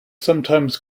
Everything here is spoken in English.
sometimes